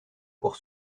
pour